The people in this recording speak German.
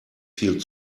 viel